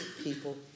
people